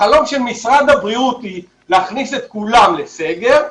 החלום של משרד הבריאות היא להכניס את כולם לסגר,